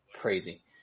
crazy